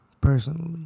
personally